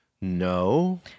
No